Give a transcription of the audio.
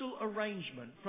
arrangement